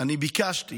ביקשתי